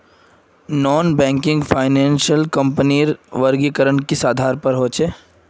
Non banking finance कंपनीर वर्गीकरण किस आधार पर होचे?